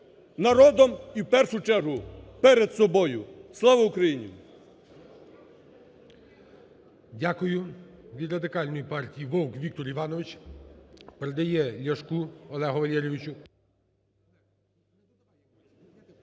народом і, в першу чергу, перед собою. Слава Україні!